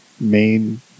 main